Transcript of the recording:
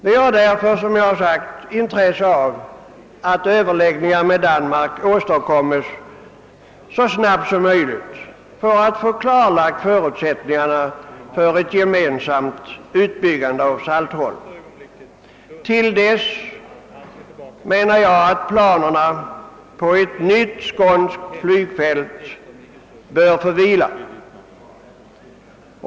Vi har därför intresse av att överläggningar med Danmark kommer till stånd så snart som möjligt så att vi kan få förutsättningarna för ett gemensamt utbyggande av Saltholm klarlagda. Till dess menar jag att planerna på ett nytt skånskt flygfält bör få vila.